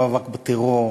כישלון במאבק בטרור,